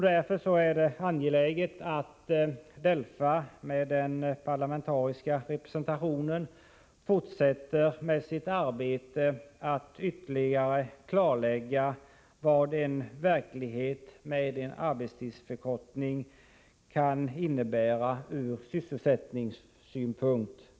Därför är det viktigt att DELFA, med parlamentarisk representation, fortsätter med sitt arbete att ytterligare klarlägga vad en verklighet med en arbetstidsförkortning kan innebära ur sysselsättningssynpunkt.